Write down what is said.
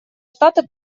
штаты